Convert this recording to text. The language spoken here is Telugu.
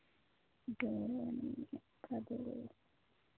ఓకే అది